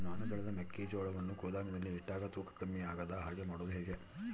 ನಾನು ಬೆಳೆದ ಮೆಕ್ಕಿಜೋಳವನ್ನು ಗೋದಾಮಿನಲ್ಲಿ ಇಟ್ಟಾಗ ತೂಕ ಕಮ್ಮಿ ಆಗದ ಹಾಗೆ ಮಾಡೋದು ಹೇಗೆ?